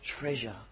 treasure